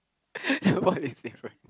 what is different